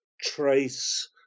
trace